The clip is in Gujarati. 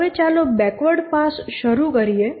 હવે ચાલો બેકવર્ડ પાસ શરૂ કરીએ